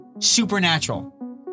supernatural